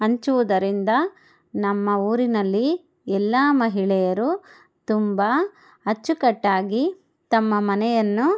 ಹಂಚುವುದರಿಂದ ನಮ್ಮ ಊರಿನಲ್ಲಿ ಎಲ್ಲ ಮಹಿಳೆಯರು ತುಂಬ ಅಚ್ಚುಕಟ್ಟಾಗಿ ತಮ್ಮ ಮನೆಯನ್ನು